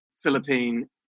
Philippine